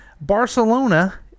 Barcelona